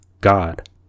God